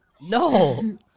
No